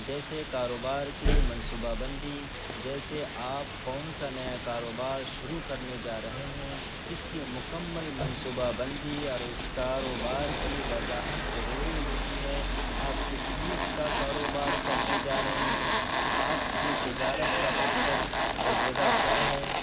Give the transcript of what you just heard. جیسے کاروبار کے منصوبہ بندی جیسے آپ کون سا نیا کاروبار شروع کرنے جا رہے ہیں اس کی مکمل منصوبہ بندی اور اس کاروبار کی وضاحت ضروری ہوتی ہے آپ کس چیز کا کاروبار کرنے جا رہے ہیں آپ کی تجارت کا مقصد اور جگہ کیا ہے